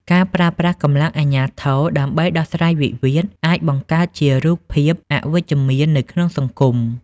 ការប្រើប្រាស់កម្លាំងអាជ្ញាធរដើម្បីដោះស្រាយវិវាទ អាចបង្កើតជារូបភាពអវិជ្ជមាននៅក្នុងសង្គម។